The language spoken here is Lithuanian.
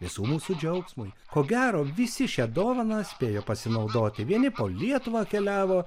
visų mūsų džiaugsmui ko gero visi šia dovana spėjo pasinaudoti vieni po lietuvą keliavo